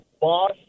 boss